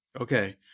Okay